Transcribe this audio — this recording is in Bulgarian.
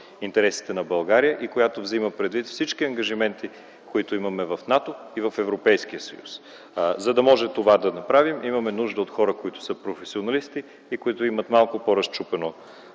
интересите на България и която взема предвид всички ангажименти, които имаме в НАТО и в Европейския съюз. За да можем да направим това имаме нужда от хора, които са професионалисти и имат малко по-разчупено